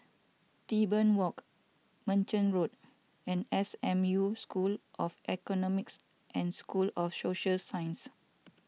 Tebing Walk Merchant Road and S M U School of Economics and School of Social Sciences